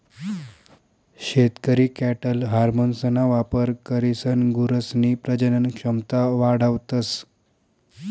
शेतकरी कॅटल हार्मोन्सना वापर करीसन गुरसनी प्रजनन क्षमता वाढावतस